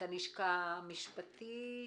הלשכה המשפטית,